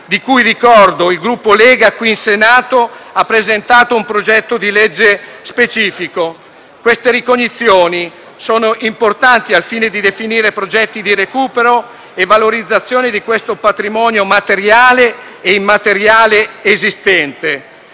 su cui ricordo che il Gruppo Lega qui in Senato ha presentato un progetto di legge specifico. Queste ricognizioni sono importanti al fine di definire progetti di recupero e valorizzazione del patrimonio materiale e immateriale esistente.